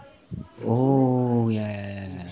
oh ya ya ya